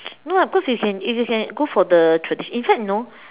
no lah because if you if you can go for the traditional in fact no